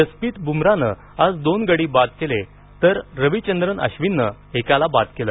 जसमित बुमरानं आज दोन गडी बाद केले तर रविचंद्रन आश्विननं एकाला बाद केलं